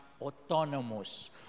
autonomous